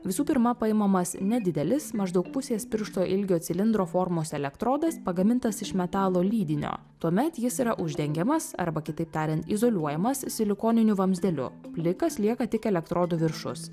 visų pirma paimamas nedidelis maždaug pusės piršto ilgio cilindro formos elektrodas pagamintas iš metalo lydinio tuomet jis yra uždengiamas arba kitaip tariant izoliuojamas silikoniniu vamzdeliu plikas lieka tik elektrodų viršus